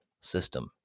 System